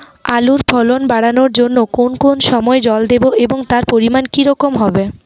আলুর ফলন বাড়ানোর জন্য কোন কোন সময় জল দেব এবং তার পরিমান কি রকম হবে?